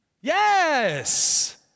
Yes